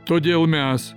todėl mes